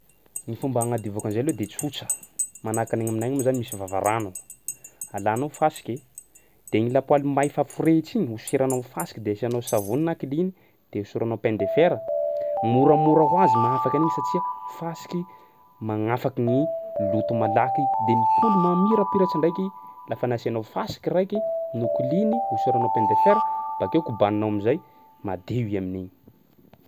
Ny fomba agnadiovako an'zay aloha de tsotra, manahakin'igny aminay agny moa zany misy vavarano, alanao fasiky de igny lapoaly may fa forehitsy igny osiranao fasiky de asianao savony na kliny de osoranao paille de fer. Moramora ho azy mahafaky an'iny satsia fasiky magnafaky ny loto malaky de mipoly mamirapiratsy ndraiky lafa nasianao fasiky raiky no kliny, osoranao paille de fer bakeo kobaninao am'zay, madio i amin'igny.